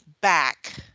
back